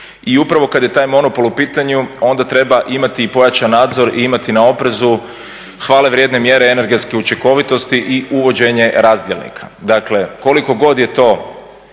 I upravo kad je taj monopol u pitanju onda treba imati i pojačan nadzor i imati na oprezu hvale vrijedne mjere energetske učinkovitosti i uvođenje razdjelnika. Dakle, koliko god je to